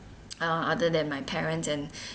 uh other than my parents and